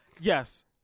Yes